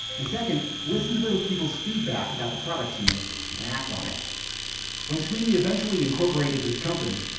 and second, listen to those people's feedback about the product you make and act on it when sweeney eventually incorporated his company,